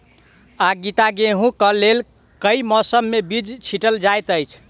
आगिता गेंहूँ कऽ लेल केँ मौसम मे बीज छिटल जाइत अछि?